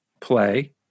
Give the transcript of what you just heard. play